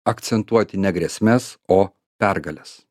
akcentuoti ne grėsmes o pergales